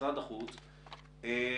מה שיש לנו למשרד החוץ זה 1.7-1.6,